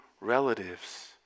relatives